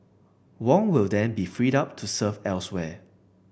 Wong will then be freed up to serve elsewhere